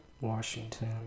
Washington